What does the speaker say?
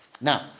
Now